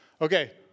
Okay